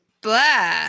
blah